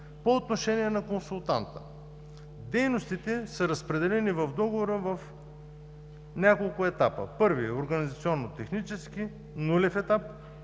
По отношение на консултанта, дейностите са разпределени в договора в няколко етапа. Първи – организационно-технически, нулев етап;